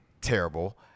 terrible